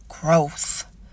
growth